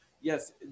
yes